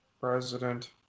president